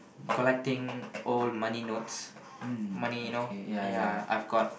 collecting old money notes money you know ya I've got